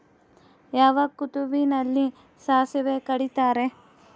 ಯಾವ ಋತುವಿನಲ್ಲಿ ಸಾಸಿವೆ ಕಡಿತಾರೆ?